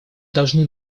должны